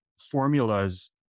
formulas